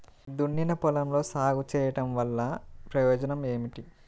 దున్నిన పొలంలో సాగు చేయడం వల్ల ప్రయోజనం ఏమిటి?